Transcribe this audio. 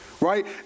right